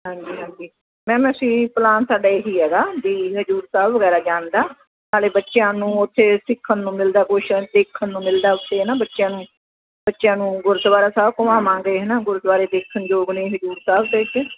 ਹਾਂਜੀ ਹਾਂਜੀ ਮੈਮ ਅਸੀਂ ਪਲਾਨ ਸਾਡਾ ਇਹ ਹੀ ਹੈਗਾ ਵੀ ਹਜ਼ੂਰ ਸਾਹਿਬ ਵਗੈਰਾ ਜਾਣ ਦਾ ਨਾਲੇ ਬੱਚਿਆਂ ਨੂੰ ਉਥੇ ਸਿੱਖਣ ਨੂੰ ਮਿਲਦਾ ਕੁਛ ਦੇਖਣ ਨੂੰ ਮਿਲਦਾ ਹੈ ਨਾ ਕੁਛ ਬੱਚਿਆਂ ਨੂੰ ਬੱਚਿਆਂ ਨੂੰ ਗੁਰਦੁਆਰਾ ਸਾਹਿਬ ਘੁਮਾਵਾਂਗੇ ਹੈ ਨਾ ਗੁਰਦੁਆਰੇ ਦੇਖਣ ਯੋਗ ਨੇ ਹਜ਼ੂਰ ਸਾਹਿਬ ਵਿੱਚ